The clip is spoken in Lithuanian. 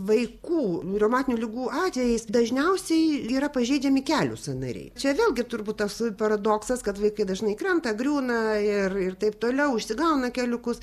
vaikų reumatinių ligų atvejais dažniausiai yra pažeidžiami kelių sąnariai čia vėlgi turbūt tas paradoksas kad vaikai dažnai krenta griūna ir ir taip toliau užsigauna keliukus